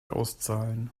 auszahlen